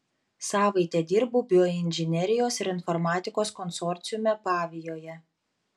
savaitę dirbau bioinžinerijos ir informatikos konsorciume pavijoje